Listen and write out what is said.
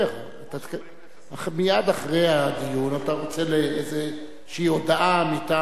מייד אחרי הדיון אתה רוצה איזושהי הודעה מטעם,